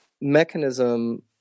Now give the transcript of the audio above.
mechanism –